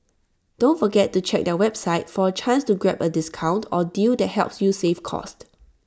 don't forget to check their website for A chance to grab A discount or deal that helps you save cost